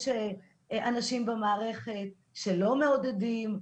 יש אנשים במערכת שלא מעודדים,